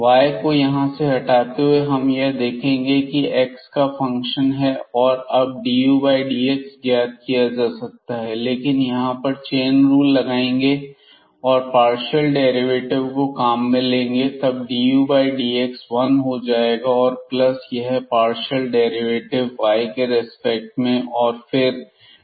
y को यहां से हटाते हुए हम देखेंगे कि यह x का फंक्शन है और अब dudx ज्ञात किया जा सकता है लेकिन यहां पर चैन रूल लगाएंगे और पार्शियल डेरिवेटिव को काम में लेंगे तब dudx 1 हो जाएगा और प्लस यह पार्शियल डेरिवेटिव y के रेस्पेक्ट में और फिर dydx